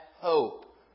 hope